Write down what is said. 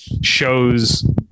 shows